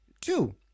Two